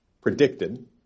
predicted